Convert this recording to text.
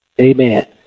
Amen